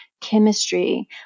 chemistry